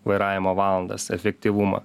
vairavimo valandas efektyvumą